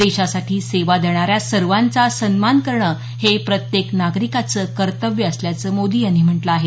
देशासाठी सेवा देणाऱ्या सर्वांचा सन्मान करणं हे प्रत्येक नागरिकांचं कर्तव्य असल्याचं मोदी यांनी म्हटलं आहे